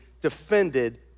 defended